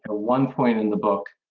ah one point in the book,